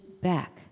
back